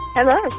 Hello